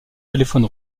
téléphone